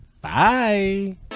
bye